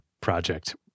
project